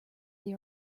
they